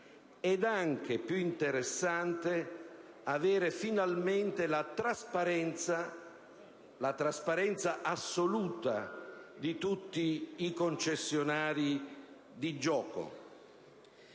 e anche, cosa più interessante, per avere finalmente la trasparenza assoluta di tutti i concessionari di gioco.